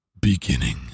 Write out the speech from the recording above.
beginning